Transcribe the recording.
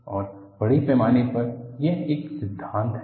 और बड़े पैमाने पर यह एक सिद्धांत है